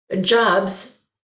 jobs